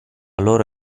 loro